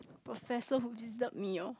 professor who disturbed me orh